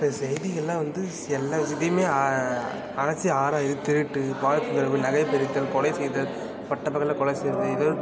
இப்போ செய்திகள்லாம் வந்து எல்லா விஷயத்தையுமே அலசி ஆராய்து திருட்டு பாலியல் தொந்தரவு நகை பறித்தல் கொலை செய்தல் பட்டப்பகல்ல கொலை செய்கிறது இதே